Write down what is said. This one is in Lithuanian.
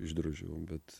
išdrožiau bet